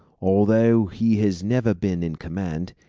although he has never been in command,